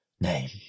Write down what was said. name